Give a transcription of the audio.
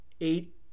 eight